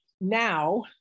now